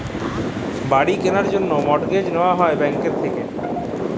বাড়ি কিলার জ্যনহে মর্টগেজ লিয়া হ্যয় ব্যাংকের থ্যাইকে